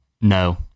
No